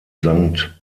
sankt